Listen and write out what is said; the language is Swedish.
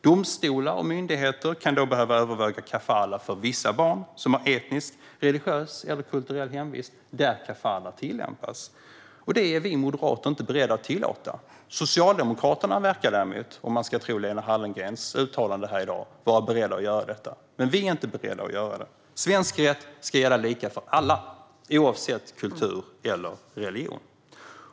Domstolar och myndigheter kan då behöva överväga kafalah för vissa barn som har etnisk, religiös eller kulturell hemvist där kafalah tillämpas. Detta är vi moderater inte beredda att tillåta. Socialdemokraterna verkar däremot, om man ska tro Lena Hallengrens uttalanden här i dag, vara beredda att göra det. Men vi är inte beredda att göra det. Svensk rätt ska gälla lika för alla, oavsett kultur eller religion.